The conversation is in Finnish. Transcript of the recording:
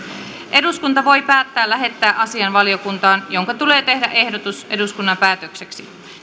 eduskunta voi päättää lähettää asian valiokuntaan jonka tulee tehdä ehdotus eduskunnan päätökseksi